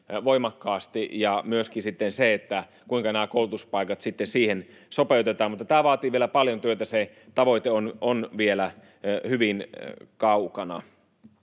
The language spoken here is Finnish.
voimakkaasti ja se, kuinka nämä koulutuspaikat siihen sopeutetaan, mutta tämä vaatii vielä paljon työtä. Se tavoite on vielä hyvin kaukana.